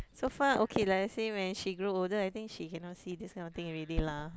so far okay lah let's say when she grow older I think she cannot see this kind of thing already lah